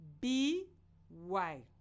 B-Y